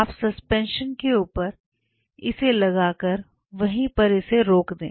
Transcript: आप सस्पेंशन के ऊपर इसे लगाकर वहीं पर इसे रोक दें